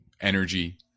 energy